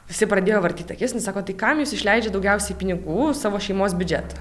visi pradėjo vartyt akis nu sako tai kam jūs išleidžiat daugiausiai pinigų savo šeimos biudžeta